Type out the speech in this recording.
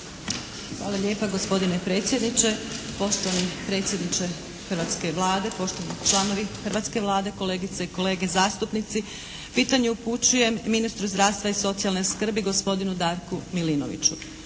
Hvala lijepa gospodine predsjedniče, poštovani predsjedniče hrvatske Vlade, poštovani članovi hrvatske Vlade, kolegice i kolege zastupnici. Pitanje upućujem ministru zdravstva i socijalne skrbi gospodinu Darku Milinoviću.